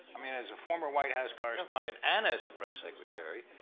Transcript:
i mean as a former white house correspondent and as a press secretary,